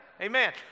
Amen